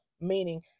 Meaning